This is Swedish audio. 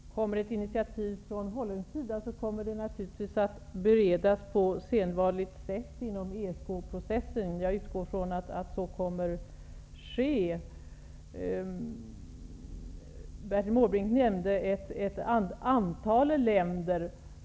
Herr talman! Om det kommer ett initiativ från holländsk sida, kommer det naturligtvis att beredas på sedvanligt sätt inom ESK-processen. Jag utgår ifrån att så kommer att ske. Bertil Måbrink nämnde ett antal länder.